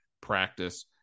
practice